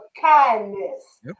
kindness